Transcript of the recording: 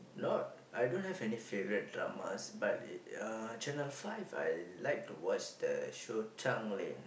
not I don't have any favourite dramas but uh uh Channel Five I like to watch the show Tanglin